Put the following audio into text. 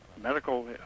medical